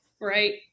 right